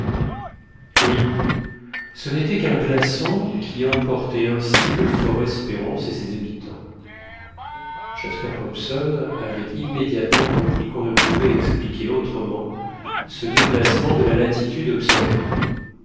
oui ce n'était qu'un glaçon qui emportait ainsi le fort espérance et ses habitants jasper hobson avait immédiatement compris qu'on ne pouvait expliquer autrement ce déplacement de la latitude observée